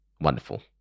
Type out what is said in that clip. wonderful